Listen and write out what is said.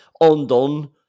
undone